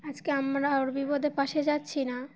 আজকে আমরা ওর বিপদে পাশে যাচ্ছি না